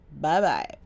Bye-bye